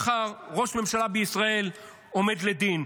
מחר ראש ממשלה בישראל עומד לדין.